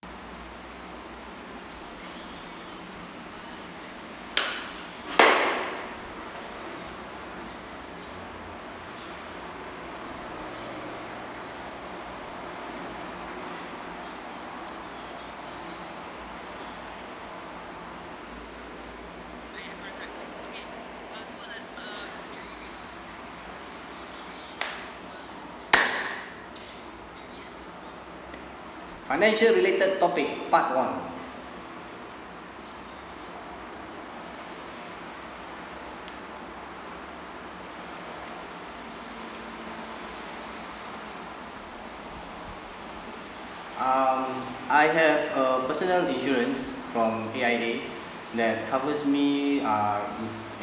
financial related topic part one um I have a personal insurance from A_I_A that covers me um